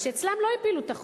שאצלם לא הפילו את החוק,